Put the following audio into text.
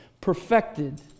Perfected